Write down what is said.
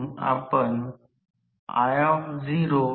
प्रेरण मोटर एक स्व प्रारंभ डिव्हाइस आहे